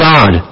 God